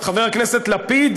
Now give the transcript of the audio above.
חבר הכנסת לפיד,